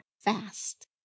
fast